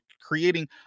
creating